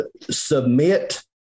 submit